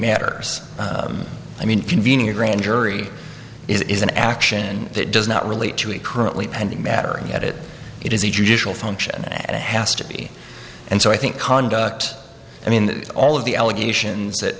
matters i mean convening a grand jury is an action that does not relate to a currently pending matter and yet it it is a judicial function and it has to be and so i think conduct i mean all of the allegations that